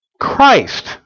Christ